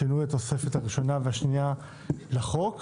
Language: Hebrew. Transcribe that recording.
(שינוי התוספות הראשונה והשנייה לחוק),